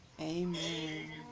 amen